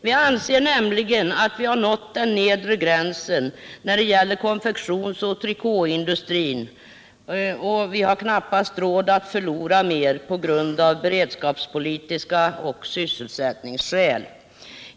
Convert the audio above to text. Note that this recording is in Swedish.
Vi anser nämligen = Sysselsättningsbiatt vi har nått den nedre gränsen när det gäller konfektionsoch tri — drag till tekoindukåindustrin och att vi av beredskapsoch sysselsättningspolitiska skäl = strin, m.m. inte har råd att förlora mer.